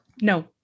no